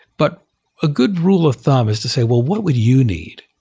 but a good rule of thumb is to say, well, what would you need?